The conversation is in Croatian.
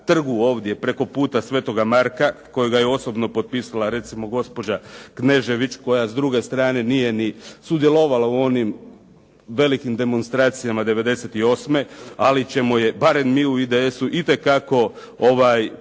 trgu ovdje preko puta sv. Marka, kojega je osobno potpisala recimo gospođa Knežević koja s druge strane nije ni sudjelovala u onim velikim demonstracijama '98. ali ćemo je barem mi u IDS-u itekako